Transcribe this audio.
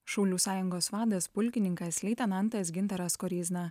šaulių sąjungos vadas pulkininkas leitenantas gintaras koryzna